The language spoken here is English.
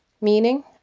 meaning